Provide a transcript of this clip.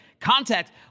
Contact